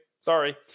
Sorry